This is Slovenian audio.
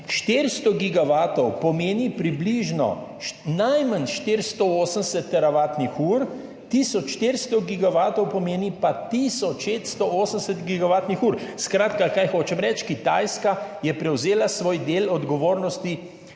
400 gigavatov pomeni približno najmanj 480 teravatnih ur, tisoč 400 gigavatov pa pomeni tisoč 680 gigavatnih ur. Skratka, kaj hočem reči, Kitajska je prevzela svoj del odgovornosti